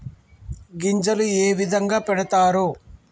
గింజలు ఏ విధంగా పెడతారు?